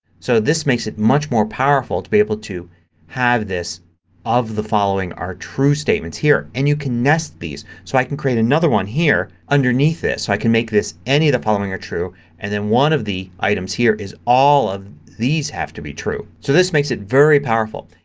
so this makes it much more powerful to be able to have this of the following are true statements here. and you can nest these. so i can create another one here underneath this. so i can make this any of the following are true and then one of the items here is all of these have to be true. so this makes it very powerful.